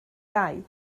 dau